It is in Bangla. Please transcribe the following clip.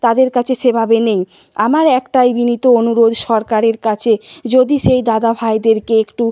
তাদের কাছে সেভাবে নেই আমার একটাই বিনীত অনুরোধ সরকারের কাছে যদি সেই দাদা ভাইদেরকে একটু